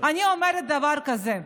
אני אומרת דבר כזה: